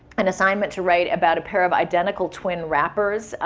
an assignment to write about a pair of identical twin rappers,